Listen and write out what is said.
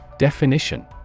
Definition